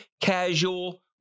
casual